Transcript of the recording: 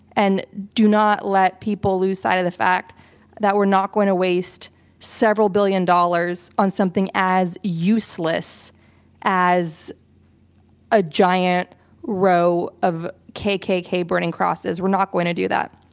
and do not let people lose sight of the fact that were not going to waste several billion dollars on something as useless as a giant row of kkk burning crosses. we're not going to do that.